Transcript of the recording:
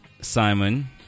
Simon